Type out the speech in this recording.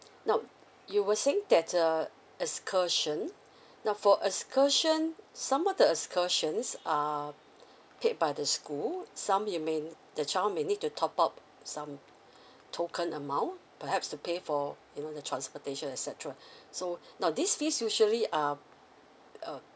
now you were saying that uh excursion now for excursion some of the excursion are paid by the school some you may need the child may need to top up some token amount perhaps to pay for you know the transportation etcetera so now this fees usually um uh